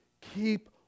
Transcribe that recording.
keep